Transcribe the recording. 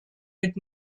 mit